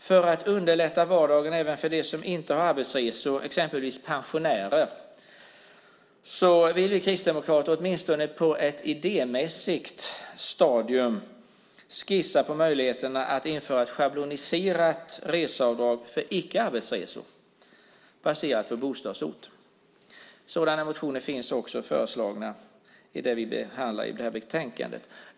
För att underlätta vardagen även för dem som inte har arbetsresor, exempelvis pensionärer, vill vi kristdemokrater, åtminstone på ett idémässigt stadium, skissa på möjligheten att införa ett schabloniserat reseavdrag för icke-arbetsresor baserat på bostadsort. Motioner med sådana förslag finns i det betänkande som vi nu behandlar.